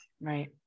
right